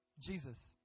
Jesus